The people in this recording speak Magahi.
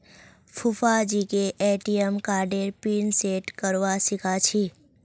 फूफाजीके ए.टी.एम कार्डेर पिन सेट करवा सीखा छि